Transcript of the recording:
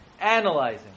analyzing